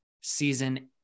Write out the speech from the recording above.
season